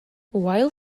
while